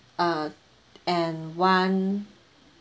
uh and one